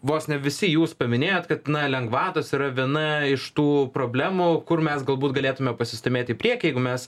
vos ne visi jūs paminėjot kad lengvatos yra viena iš tų problemų kur mes galbūt galėtume pasistūmėti į priekį jeigu mes